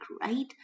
right